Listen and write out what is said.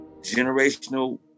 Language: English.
generational